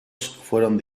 fueron